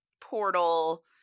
portal